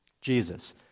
Jesus